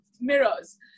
mirrors